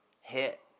hit